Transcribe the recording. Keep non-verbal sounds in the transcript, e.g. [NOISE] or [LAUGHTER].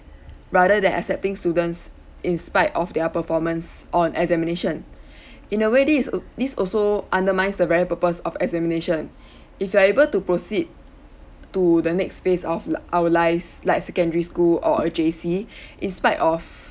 rather than accepting students in spite of their performance on examination [BREATH] in a way this is al~ this also undermines the very purpose of examination [BREATH] if you are able to proceed to the next phase of li~ our lives like secondary school or a J_C [BREATH] in spite of